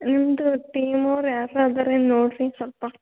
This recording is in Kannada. ನಿಮ್ಮದು ಟೀಮ್ ಅವ್ರು ಯಾರು ಅದಾರೇನು ನೋಡಿರಿ ಸ್ವಲ್ಪ